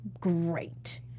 great